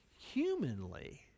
humanly